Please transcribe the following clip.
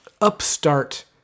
upstart